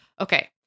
Okay